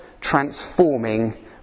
transforming